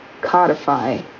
codify